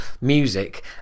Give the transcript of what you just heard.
music